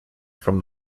from